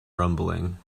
rumbling